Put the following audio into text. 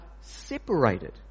separated